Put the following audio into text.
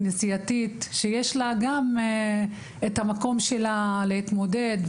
כנסייתית שיש לה את המקום שלה להתמודד.